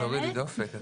אני